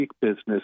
business